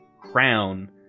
crown